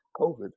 COVID